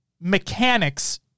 mechanics